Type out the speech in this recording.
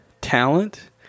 talent